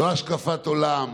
לא השקפת עולם,